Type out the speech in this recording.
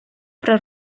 при